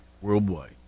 worldwide